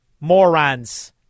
Morons